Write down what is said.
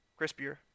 crispier